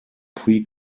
pre